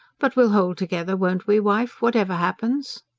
but we'll hold together, won't we, wife, whatever happens?